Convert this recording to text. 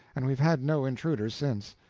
and we have had no intruders since.